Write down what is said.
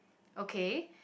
okay